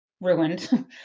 ruined